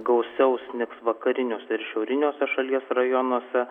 gausiau snigs vakariniuose ir šiauriniuose šalies rajonuose